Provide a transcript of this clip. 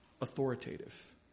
authoritative